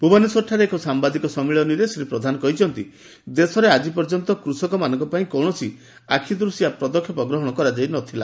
ଭୁବନେଶ୍ୱରଠାରେ ଏକ ସାୟାଦିକ ସମ୍ମିଳନୀରେ ଶ୍ରୀ ପ୍ରଧାନ କହିଛନ୍ତି ଦେଶରେ ଆଜି ପର୍ଯ୍ୟନ୍ତ କୃଷକମାନଙ୍କ ପାଇଁ କୌଣସି ଆଖ୍ଦୂଶିଆ ପଦକ୍ଷେପ ଗ୍ରହଶ କରାଯାଇ ନ ଥିଲା